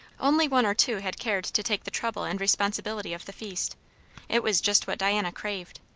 only one or two had cared to take the trouble and responsibility of the feast it was just what diana craved.